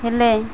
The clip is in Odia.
ହେଲେ